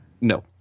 No